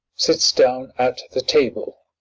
sits down at the table.